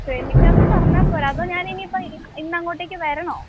ശ്രമിക്കാമെന്ന് പറഞ്ഞാൽ പോരാ അതോ ഞാൻ ഇനിയിപ്പോൾ ഇന്ന് അങ്ങോട്ടേക്ക് വരണോ